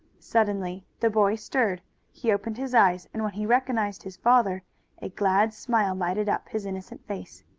suddenly the boy stirred he opened his eyes and when he recognized his father a glad smile lighted up his innocent face.